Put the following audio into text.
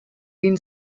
been